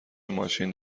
ماشین